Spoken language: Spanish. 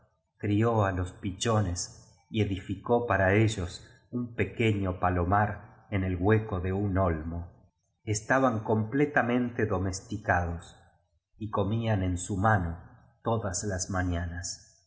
crió á los pichones y edificó para ellos un pequeño palomar en el hueco de un olmo esta ban completamente domesticados y comían en su mano todas las mañanas ella los